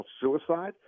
suicide